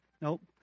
Nope